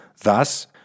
Thus